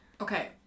Okay